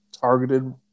targeted